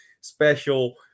special